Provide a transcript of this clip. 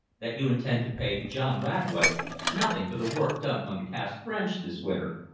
that you intend to pay john radway nothing for the work done on the cass branch this winter.